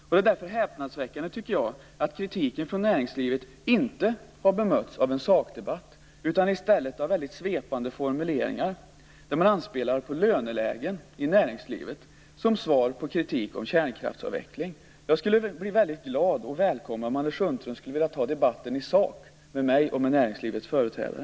Jag tycker därför att det är häpnadsväckande att kritiken från näringslivet inte har bemötts av en sakdebatt utan i stället av väldigt svepande formuleringar där man anspelar på lönelägen i näringslivet som svar på kritik om kärnkraftsavveckling. Jag skulle bli väldigt glad och välkomna om Anders Sundström skulle vilja ta debatten i sak med mig och med näringslivets företrädare.